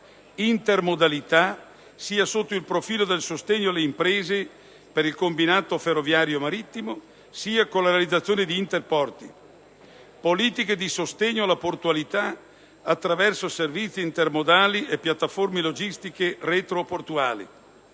intermodalità, sia sotto il profilo del sostegno alle imprese per il combinato ferroviario e marittimo, sia con la realizzazione di interporti; politiche di sostegno alla portualità, attraverso servizi intermodali e piattaforme logistiche retroportuali,